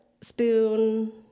spoon